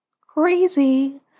Crazy